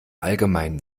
allgemeinen